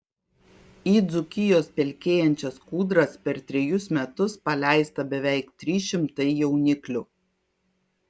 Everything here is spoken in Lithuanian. į dzūkijos pelkėjančias kūdras per trejus metus paleista beveik trys šimtai jauniklių